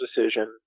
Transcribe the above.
decision